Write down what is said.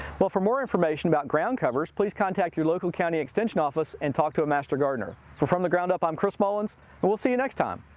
well, for more information about ground covers, please contact your local county extension office and talk to a master gardener. for from the group up, i'm chris mullins and we'll see you next time.